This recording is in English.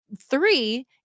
three